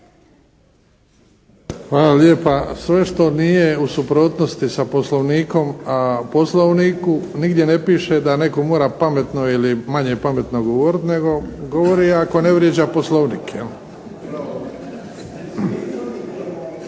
Hvala lijepa. Sve što nije u suprotnosti sa poslovnikom, a poslovniku nigdje ne piše da netko mora pametno ili manje pametno govoriti, nego govori ako ne vrijeđa poslovnik,